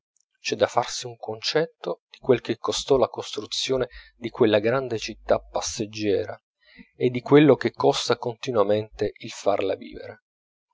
c'è da farsi un concetto di quel che costò la costruzione di quella gran città passeggiera e di quello che costa continuamente il farla vivere